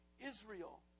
israel